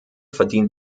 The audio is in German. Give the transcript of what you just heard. verdient